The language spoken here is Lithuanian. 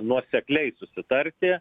nuosekliai susitarti